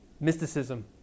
Mysticism